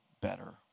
better